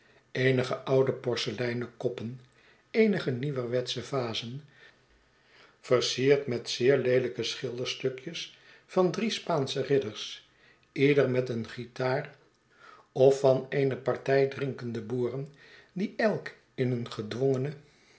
eenige oude porseleinen koppen eenige nieuwerwetsche vazen versierd met zeer leelijke schilderstukjes van drie spaansche ridders ieder met een guitar of van eene partij drinkende boeren die eut in eene gedwongene